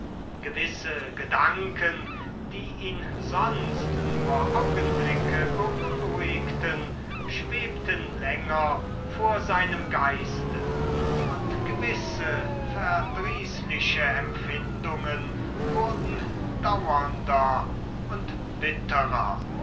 gewisse gedanken die ihn sonst nur augenblicke beunruhigten schwebten länger vor seinem geiste und gewisse verdrießliche empfindungen wurden daurender und bitterer